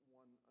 one